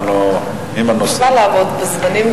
אני מבטיחה לעמוד בזמנים,